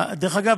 דרך אגב,